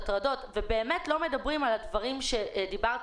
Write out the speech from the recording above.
הטרדות ובאמת לא מדברים על הדברים שדיברת